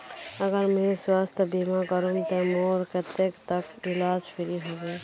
अगर मुई स्वास्थ्य बीमा करूम ते मोर कतेक तक इलाज फ्री होबे?